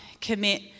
commit